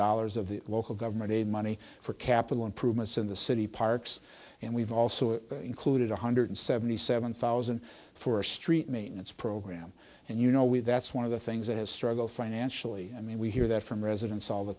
dollars of the local government aid money for capital improvements in the city parks and we've also included one hundred seventy seven thousand for street maintenance program and you know we that's one of the things that has struggled financially i mean we hear from residents all the